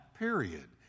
period